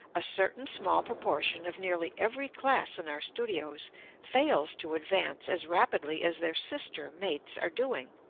a certain small proportion of nearly every class in our studios fails to advance as rapidly as their sister mates are doing.